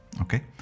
okay